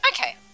okay